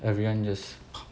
everyone just